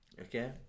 Okay